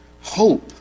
hope